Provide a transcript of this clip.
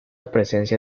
presencia